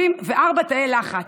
וארבעה תאי לחץ.